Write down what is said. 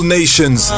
nations